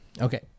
Okay